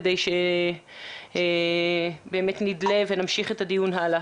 כדי שבאמת נדלה ונמשיך את הדיון הלאה.